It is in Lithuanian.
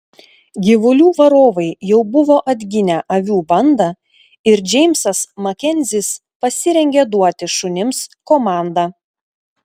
gyvulių varovai jau buvo atginę avių bandą ir džeimsas makenzis pasirengė duoti šunims komandą